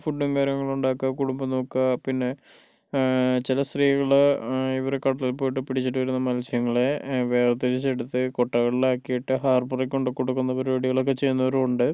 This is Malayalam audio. ഫുഡും കാര്യങ്ങളും ഉണ്ടാക്കുക കുടുംബം നോക്കുക പിന്നെ ചില സ്ത്രീകൾ ഇവര് കടലില് പോയിട്ട് പിടിച്ചിട്ട് വരുന്ന മത്സ്യങ്ങളെ വേർതിരിച്ചെടുത്ത് കൊട്ടകളിലാക്കിയിട്ട് ഹാർബറിൽ കൊണ്ട് കൊടുക്കുന്ന പരിപാടികളൊക്കെ ചെയ്യുന്നവരും ഉണ്ട്